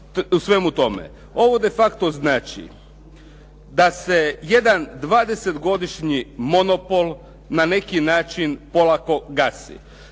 u svemu tome? Ovo de facto znači da se jedan dvadeset godišnji monopol na neki način polako gasi.